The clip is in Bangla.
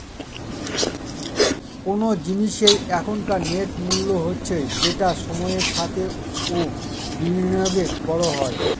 কোন জিনিসের এখনকার নেট মূল্য হচ্ছে যেটা সময়ের সাথে ও বিনিয়োগে বড়ো হয়